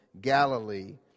Galilee